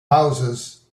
houses